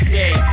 day